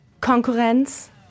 Konkurrenz